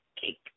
cake